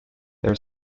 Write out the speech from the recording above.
there